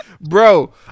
Bro